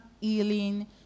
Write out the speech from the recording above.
healing